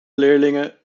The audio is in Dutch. leerlingen